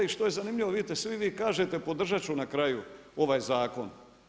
I što je zanimljivo vidite svi vi kažete podržati ću na kraju ovaj zakon.